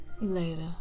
later